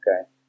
Okay